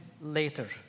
later